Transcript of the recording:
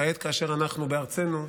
כעת, כאשר אנחנו בארצנו,